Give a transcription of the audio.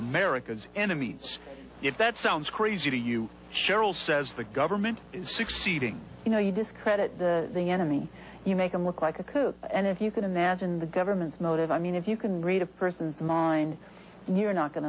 america's enemies if that sounds crazy to you cheryl says the government is succeeding you know you discredit the enemy you make him look like a kook and if you can imagine the government's motive i mean if you can read a person's mind you're not going